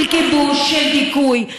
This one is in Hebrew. של כיבוש, של דיכוי.